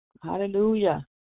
hallelujah